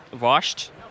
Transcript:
washed